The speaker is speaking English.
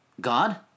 God